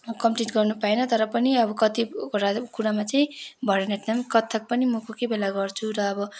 complete गर्न पाइनँ तर पनि अब कति कुरा कुरामा चाहिँ भरतनाट्यम कथक पनि म कोही कोही बेला गर्छु र अब